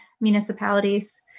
municipalities